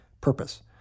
Purpose